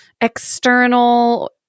external